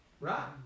right